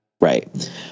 Right